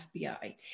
FBI